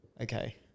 Okay